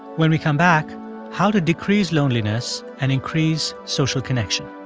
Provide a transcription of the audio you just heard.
when we come back how to decrease loneliness and increase social connection.